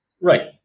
Right